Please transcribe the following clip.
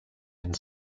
and